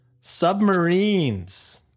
Submarines